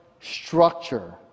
structure